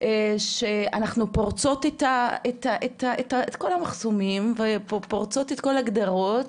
שאנחנו פורצות את כל המחסומים ופורצות את כל הגדרות